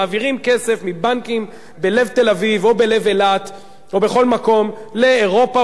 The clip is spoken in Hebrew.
מעבירים כסף מבנקים בלב תל-אביב או בלב אילת או בכל מקום לאירופה,